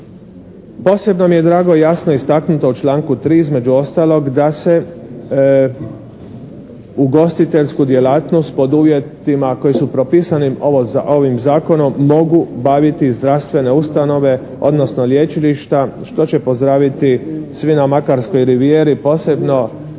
Posebno mi je drago jasno istaknuto u članku 3. između ostalog da se ugostiteljsku djelatnost pod uvjetima koji su propisani ovim zakonom mogu baviti zdravstvene ustanove, odnosno lječilišta, što će pozdraviti svi na makarskoj rivijeri, posebno